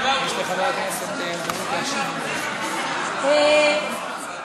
יש לחבר הכנסת הזדמנות להשיב אם הוא רוצה.